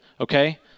Okay